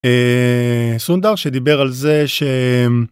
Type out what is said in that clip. סונדר שדיבר על זה שהם.